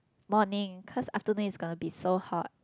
morning cause afternoon is gonna be so hot